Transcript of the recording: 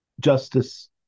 justice